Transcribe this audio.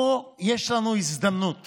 פה יש לנו הזדמנות